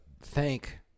thank